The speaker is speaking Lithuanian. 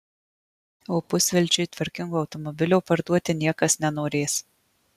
o pusvelčiui tvarkingo automobilio parduoti niekas nenorės